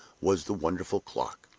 was the wonderful clock.